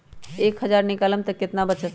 एक हज़ार निकालम त कितना वचत?